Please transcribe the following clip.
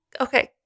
Okay